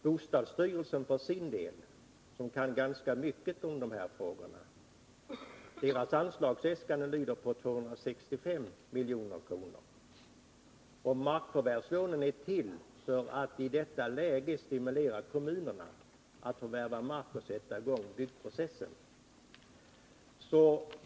Anslagsäskandena från bostadsstyrelsen, som kan ganska mycket om de här frågorna, lyder på 265 milj.kr., och markförvärvslånen är till för att i detta läge stimulera kommunerna att förvärva mark och sätta i gång byggprocessen.